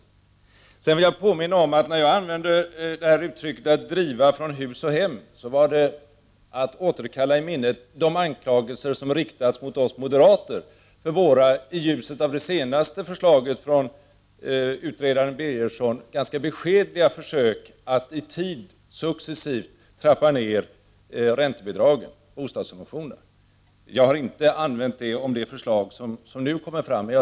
Sedan vill jag påminna om att när jag använde uttrycket att driva från hus och hem var det för att återkalla i minnet de anklagelser som riktats mot oss moderater för våra, i ljuset av det senaste förslaget från utredare Birgersson, ganska beskedliga försök att i tid successivt trappa ned räntebidragen, bostadssubventionerna. Jag har inte använt uttrycket om det förslag som nu kommer fram.